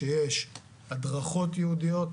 שיש הדרכות ייעודיות,